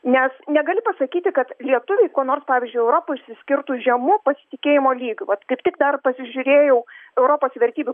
nes negali pasakyti kad lietuviai ko nors pavyzdžiui europoj išsiskirtų žemu pasitikėjimo lygiu vat kaip tik dar pasižiūrėjau europos vertybių